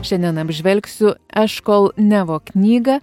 šiandien apžvelgsiu eškol nevo knygą